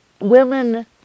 women